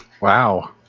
Wow